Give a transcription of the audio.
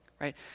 right